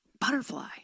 butterfly